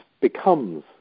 becomes